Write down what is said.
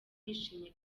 bishimye